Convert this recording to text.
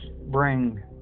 bring